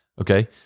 Okay